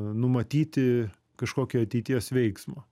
numatyti kažkokį ateities veiksmą